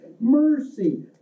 mercy